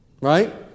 Right